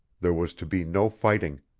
there was to be no fighting.